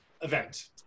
event